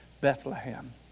Bethlehem